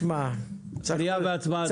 קריאה והצבעה, אדוני.